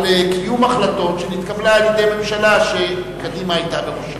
על קיום החלטות שהתקבלו על-ידי ממשלה שקדימה היתה בראשה.